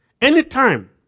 Anytime